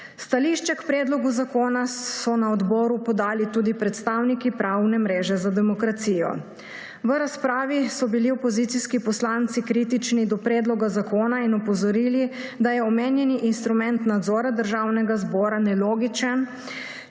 Stališče k predlogu zakona so na odboru podali tudi predstavniki Pravne mreže za demokracijo. V razpravi so bili opozicijski poslanci kritični do predloga zakona in opozorili, da je omenjeni instrument nadzora Državnega zbora nelogičen.